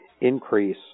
increase